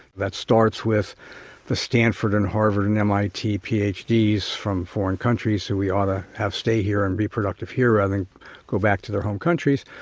that starts with the stanford and harvard and mit ph d s from foreign countries, who we ought to have stay here and be productive here rather than go back to their home countries,